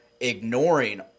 ignoring